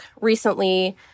recently